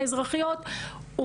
כן, אנחנו מתקדמים.